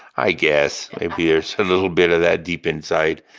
i guess. maybe there's a little bit of that deep inside